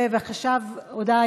ההצעה לסדר-היום תעבור לוועדת הפנים.